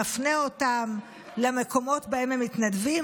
מפנה אותם למקומות שבהם הם מתנדבים,